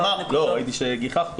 ראיתי שקודם גיחכת.